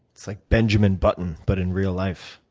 it's like benjamin button but in real life.